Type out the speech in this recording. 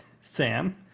Sam